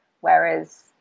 whereas